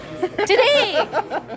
Today